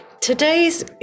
today's